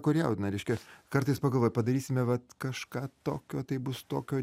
kur jaudina reiškia kartais pagalvoju padarysime vat kažką tokio tai bus tokio